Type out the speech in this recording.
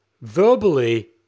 Verbally